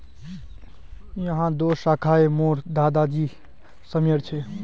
यह दो शाखए मोर दादा जी समयर छे